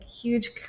huge